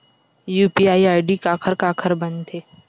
UPI ID काखर काखर बनथे?